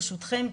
ברשותכם,